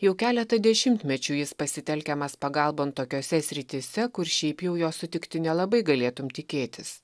jau keletą dešimtmečių jis pasitelkiamas pagalbon tokiose srityse kur šiaip jau jo sutikti nelabai galėtum tikėtis